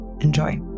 Enjoy